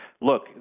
look